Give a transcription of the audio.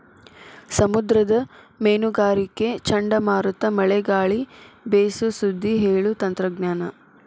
ಸಮುದ್ರದ ಮೇನುಗಾರರಿಗೆ ಚಂಡಮಾರುತ ಮಳೆ ಗಾಳಿ ಬೇಸು ಸುದ್ದಿ ಹೇಳು ತಂತ್ರಜ್ಞಾನ